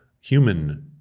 human